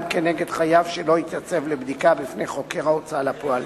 נגד חייב שלא התייצב לבדיקה בפני חוקר ההוצאה לפועל,